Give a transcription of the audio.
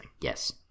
Yes